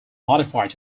modified